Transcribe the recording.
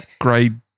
Grade